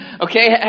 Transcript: Okay